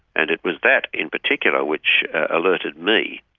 and it was that in particular which alerted me.